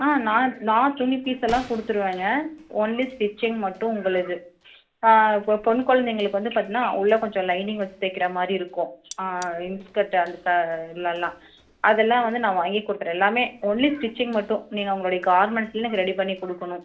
ஆ நான் நான் துணி பீஸ் எல்லாம் கொடுத்துருவேங்க ஒன்லி ஸ்டிச்சிங் மட்டும் உங்களது ஆ பெண் பெண் கொழந்தைங்களுக்கு வந்து பார்த்தீங்கன்னா உள்ளே கொஞ்சம் லைனிங் வச்சு தைக்கிறா மாதிரி இருக்கும் ஆ இன் ஸ்கர்ட் அந்த க உள்ளேல்லாம் அதெல்லாம் வந்து நான் வாங்கி கொடுத்துட்றேன் எல்லாமே ஒன்லி ஸ்டிச்சிங் மட்டும் நீங்கள் உங்களுடைய கார்மெண்ட்ஸ்சில் நீங்கள் ரெடி பண்ணிக் கொடுக்கணும்